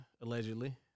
allegedly